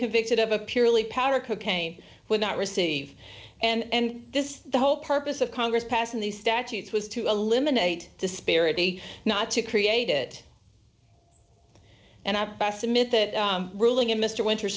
convicted of a purely powder cocaine will not receive and this is the whole purpose of congress passing these statutes was to eliminate disparity not to create it and i submit that ruling in mr winters